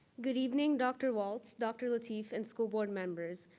good evening, dr. walts, dr. lateef, and school board members.